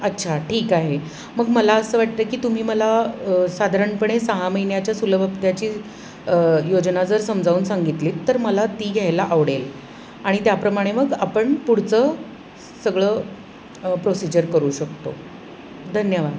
अच्छा ठीक आहे मग मला असं वाटतं की तुम्ही मला साधारणपणे सहा महिन्याच्या सुलभ हप्त्याची योजना जर समजावून सांगितलीत तर मला ती घ्यायला आवडेल आणि त्याप्रमाणे मग आपण पुढचं सगळं प्रोसिजर करू शकतो धन्यवाद